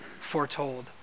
foretold